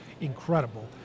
incredible